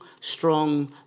strong